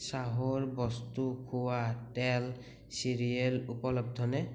চাহৰ বস্তু খোৱা তেল চিৰিয়েল উপলব্ধনে